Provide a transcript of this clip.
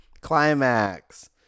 Climax